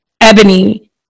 Ebony